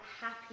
happy